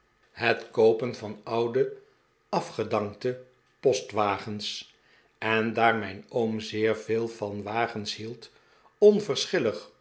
het koopen van oude afgedankte postwagens en daar mijn oom zeer veel van wagens hield